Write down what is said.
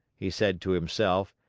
he said to himself.